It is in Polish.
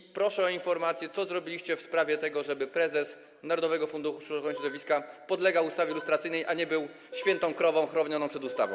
I proszę o informację, co zrobiliście w sprawie tego, żeby prezes narodowego funduszu ochrony środowiska podlegał ustawie lustracyjnej, a nie był świętą krową chronioną przed ustawą.